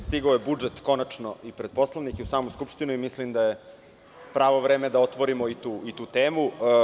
Stigao je budžet konačno i pred poslanike u samu Skupštinu i mislim da je pravo vreme da otvorimo i tu temu.